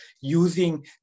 using